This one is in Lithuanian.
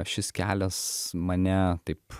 šis kelias mane taip